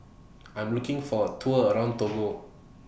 I Am looking For A Tour around Togo